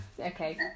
okay